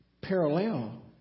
parallel